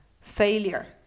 failure